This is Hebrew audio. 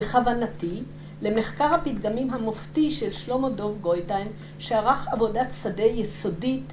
כוונתי למחקר הפתגמים המופתי של שלמה דוב גוייטיין שערך עבודת שדה יסודית